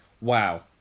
wow